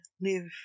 live